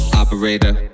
operator